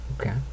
Okay